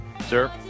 Sir